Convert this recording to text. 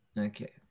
Okay